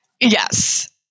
Yes